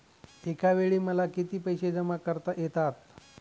एकावेळी मला किती पैसे जमा करता येतात?